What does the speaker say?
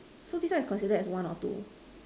so this one is considered as one or two